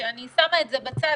כשאני שמה את זה בצד,